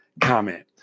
comment